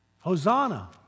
Hosanna